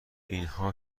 اینها